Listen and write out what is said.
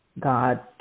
God